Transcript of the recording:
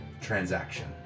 transaction